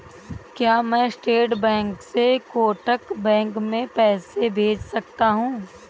क्या मैं state bank से कोटक बैंक में पैसे भेज सकता हूँ?